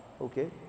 okay